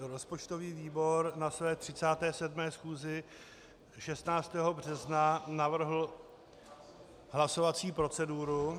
Rozpočtový výbor na své 37. schůzi 16. března navrhl hlasovací proceduru.